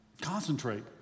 Concentrate